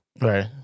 Right